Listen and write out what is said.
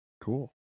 cool